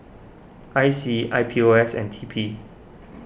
I C I P O S and T P